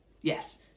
Yes